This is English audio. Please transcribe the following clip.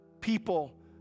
people